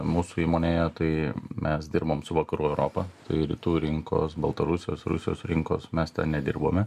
mūsų įmonėje tai mes dirbam su vakarų europa tai rytų rinkos baltarusijos rusijos rinkos mes nedirbome